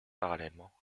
parallèlement